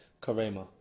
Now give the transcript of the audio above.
Karema